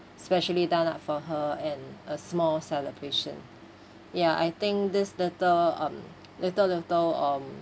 specially done up for her and a small celebration ya I think this little um little little um